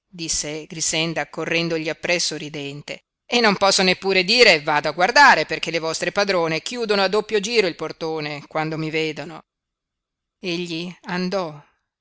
disse grixenda correndogli appresso ridente e non posso neppure dire vado a guardare perché le vostre padrone chiudono a doppio giro il portone quando mi vedono egli andò